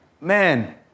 man